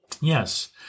Yes